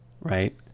right